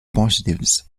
positives